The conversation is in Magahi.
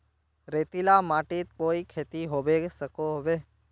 रेतीला माटित कोई खेती होबे सकोहो होबे?